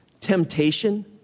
Temptation